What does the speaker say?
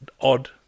odd